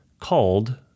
called